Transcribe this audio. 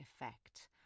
effect